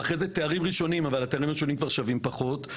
ואחרי זה תארים ראשונים שגם שווים כבר פחות,